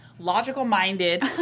logical-minded